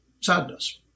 sadness